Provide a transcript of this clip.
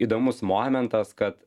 įdomus momentas kad